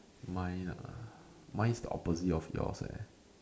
mine ah mine is the opposite of yours eh